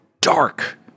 dark